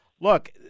look